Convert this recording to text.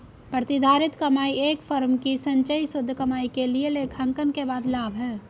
प्रतिधारित कमाई एक फर्म की संचयी शुद्ध कमाई के लिए लेखांकन के बाद लाभ है